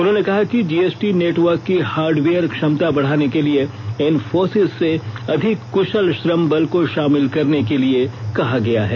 उन्होंने कहा कि जीएसटी नेटवर्क की हार्डवेयर क्षमता बढ़ाने के लिए इंफोसिस से अधिक क्शल श्रमबल को शामिल करने के लिए कहा गया है